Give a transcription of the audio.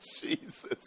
Jesus